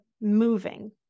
moving